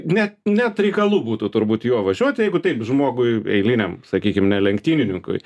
ne net reikalų būtų turbūt juo važiuoti jeigu taip žmogui eiliniam sakykim ne lenktynininkui